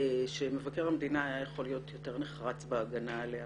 שמבקר המדינה היה יכול להיות יותר נחרץ בהגנה עליה